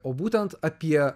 o būtent apie